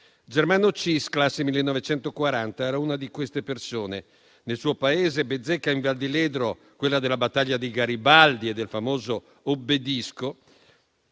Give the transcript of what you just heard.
Germano Cis, classe 1940, era una di queste persone. Nel suo paese, Bezzecca in Val di Ledro, quella della battaglia di Garibaldi e del famoso "obbedisco!",